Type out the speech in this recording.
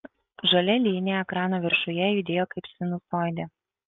žalia linija ekrano viršuje judėjo kaip sinusoidė